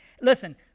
Listen